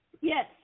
Yes